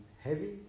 heavy